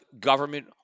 government